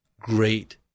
great